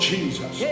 Jesus